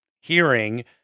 hearing